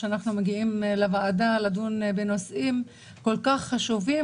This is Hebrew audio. שכאשר אנחנו מגיעים לוועדה לדון בנושאים כל כך חשובים,